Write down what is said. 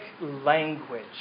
language